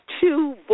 Two